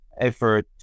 effort